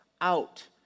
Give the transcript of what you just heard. out